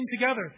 together